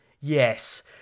yes